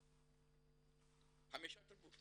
חמש תרבויות